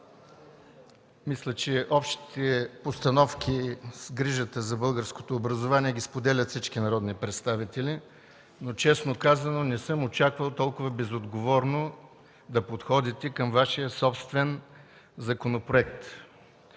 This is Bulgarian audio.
мисля, че общите постановки с грижата за българското образование ги споделят всички народни представители, но честно казано не съм очаквал толкова безотговорно да подходите към Вашия собствен законопроект.